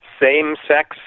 same-sex